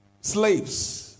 slaves